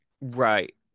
right